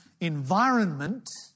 environment